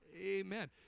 Amen